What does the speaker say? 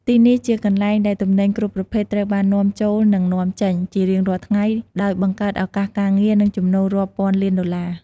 ទីនេះជាកន្លែងដែលទំនិញគ្រប់ប្រភេទត្រូវបាន នាំចូល និងនាំចេញ ជារៀងរាល់ថ្ងៃ ដោយបង្កើតឱកាសការងារ និងចំណូលរាប់ពាន់លានដុល្លារ។